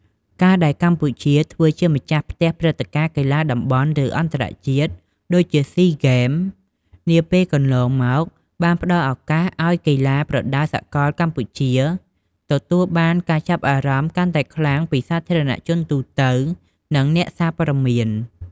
ការដែលកម្ពុជាធ្វើជាម្ចាស់ផ្ទះព្រឹត្តិការណ៍កីឡាតំបន់ ឬអន្តរជាតិ ដូចជា សុី ហ្គេម នាពេលកន្លងមក បានផ្តល់ឱកាសឲ្យកីឡាប្រដាល់សកលកម្ពុជាទទួលបានការចាប់អារម្មណ៍កាន់តែខ្លាំងពីសាធារណជនទូទៅ និងអ្នកសារព័ត៌មាន។